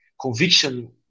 conviction